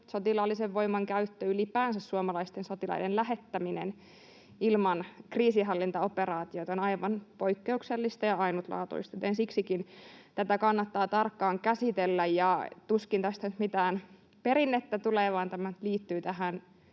Sotilaallisen voiman käyttö, ylipäänsä suomalaisten sotilaiden lähettäminen ilman kriisinhallintaoperaatiota, on aivan poikkeuksellista ja ainutlaatuista, joten siksikin tätä kannattaa tarkkaan käsitellä. Ja tuskin tästä nyt mitään perinnettä tulee, vaan tämä liittyy tähän